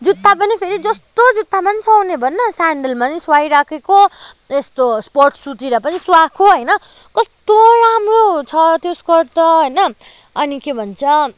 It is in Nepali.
जुत्ता पनि अब जस्तो जुत्तामा पनि सुहाउँने भन न स्यान्डलमा नि सुहाई राखेको यसो स्पोर्ट सुसतिर पनि सुहाएको होइन कस्तो राम्रो छ त्यो स्कर्ट त होइन अनि के भन्छ